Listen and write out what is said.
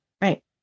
Right